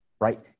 right